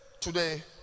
Today